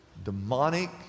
Demonic